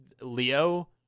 Leo